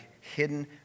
hidden